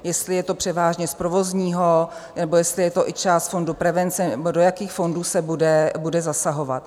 Jestli je to převážně z provozního, nebo jestli je to i část z fondu prevence, nebo do jakých fondů se bude zasahovat.